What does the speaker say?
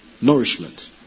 Nourishment